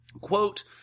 Quote